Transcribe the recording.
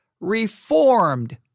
Reformed